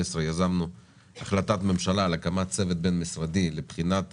יזמנו החלטת ממשלה על הקמת צוות בין משרדי לבחינת